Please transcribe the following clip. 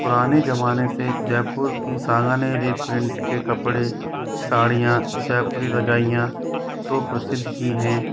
पुराने जमाने से जयपुर की सालाने री प्रिंट के कपड़े साड़ियाँ जयपुरी रजाइयाँ तो प्रसिद्ध ही हैं